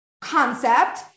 concept